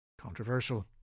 Controversial